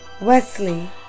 Wesley